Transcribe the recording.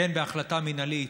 כן, בהחלטה מינהלית,